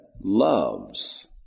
loves